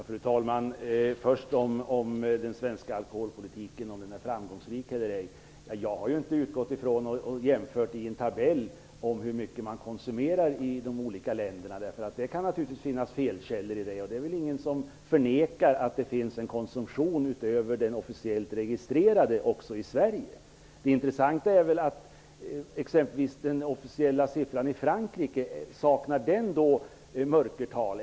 Fru talman! Först vill jag ta upp frågan om den svenska alkoholpolitiken är framgångsrik eller ej. Jag har inte utgått från någon tabell och jämfört hur mycket man konsumerar i de olika länderna. Det kan naturligtvis finnas felkällor i statistiken. Det är väl ingen som förnekar att det finns en konsumtion utöver den officiellt registrerade också i Sverige. Det intressanta är väl om den officiella siffran i exempelvis Frankrike saknar mörkertal.